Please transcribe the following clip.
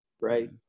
right